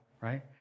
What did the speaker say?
right